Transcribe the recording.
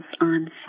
on